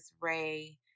Ray